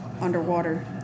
Underwater